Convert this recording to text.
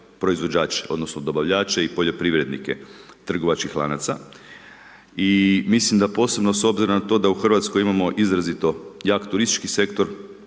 proizvođače odnosno dobavljače i poljoprivrednike trgovačkih lanaca i mislim da posebno s obzirom na to da u Hrvatskoj imamo izrazito jak turistički sektor